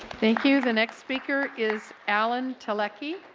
thank you, the next speaker is alan telecky.